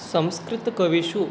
संस्कृतकविषु